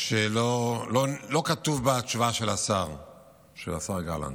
שלא כתוב בתשובה של השר גלנט.